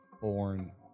born